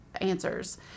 answers